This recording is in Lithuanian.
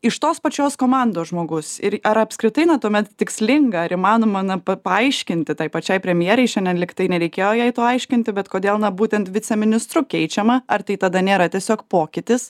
iš tos pačios komandos žmogus ir ar apskritai na tuomet tikslinga ar įmanoma na pa paaiškinti tai pačiai premjerei šiandien lyg tai nereikėjo jai to aiškinti bet kodėl na būtent viceministru keičiama ar tai tada nėra tiesiog pokytis